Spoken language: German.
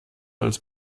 als